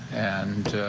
and